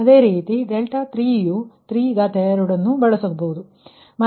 ಅದೇ ರೀತಿ 3 ಸಹ ಇದನ್ನು ಬಳಸಿಕೊಳ್ಳಬಹುದು 3